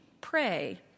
pray